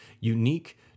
unique